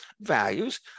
values